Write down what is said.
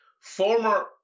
Former